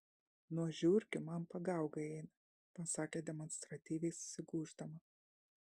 nuo žiurkių man pagaugai eina pasakė demonstratyviai susigūždama